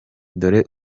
dore